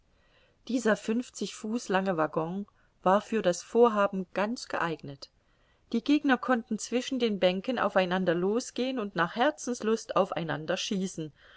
dieser fünfzig fuß lange waggon war für das vorhaben ganz geeignet die gegner konnten zwischen den bänken auf einander los gehen und nach herzenslust auf